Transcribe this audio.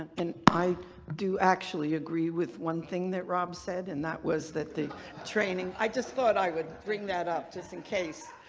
and i do actually agree with one thing that rob said and that was that the training. i just thought i would bring that up just in case.